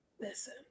listen